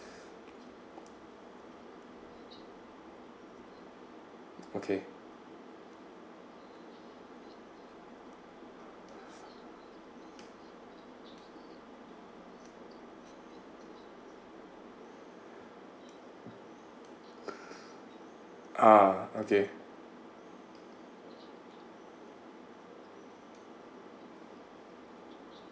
okay uh okay